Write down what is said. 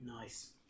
Nice